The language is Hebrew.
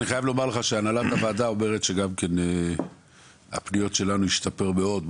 אני חייב לומר לך שהנהלת הוועדה אומרת שגם כן הפניות שלנו השתפר מאוד.